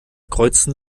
kreuzten